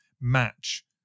match